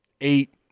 eight